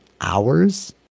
hours